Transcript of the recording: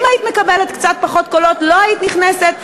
אם היית מקבלת קצת פחות קולות לא היית נכנסת,